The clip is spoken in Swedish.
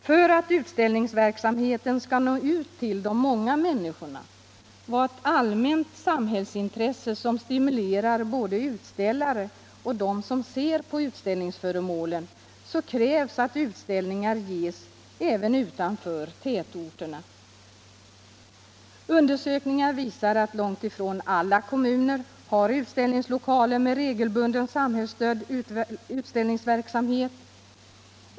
För att utställningsverksamheten skall nå ut till de många människorna och vara ett allmänt samhällsintresse som stimulerar både utställare och de människor som ser på utställningsföremålen krävs att utställningar ges även utanför tätorterna. Gjorda undersökningar visar att långt ifrån alla kommuner har utställningslokaler med regelbunden, samhällsstödd utställningsverksamhet.